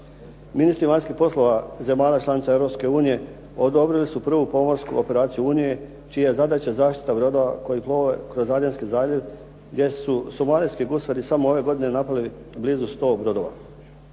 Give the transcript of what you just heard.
Ministri vanjskih poslova zemalja članica Europske unije odobrili su prvu pomorsku operaciju Unije čija je zadaća zaštita brodova koji plove kroz … /Govornik se ne razumije./ … zaljev gdje su somalijski gusari samo ove godine napali blizu 100 brodova.